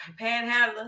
panhandlers